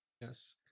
yes